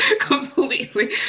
completely